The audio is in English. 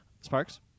Sparks